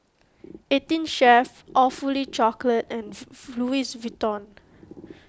eighteen Chef Awfully Chocolate and Louis Vuitton